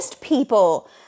people